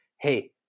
hey